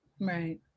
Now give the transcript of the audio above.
right